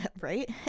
Right